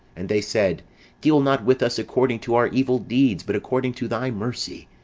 and they said deal not with us according to our evil deeds, but according to thy mercy.